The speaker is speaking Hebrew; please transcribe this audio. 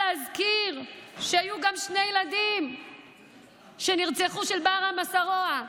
זה פי שניים מהשנה שחלפה.